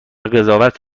قضاوت